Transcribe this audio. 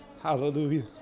Hallelujah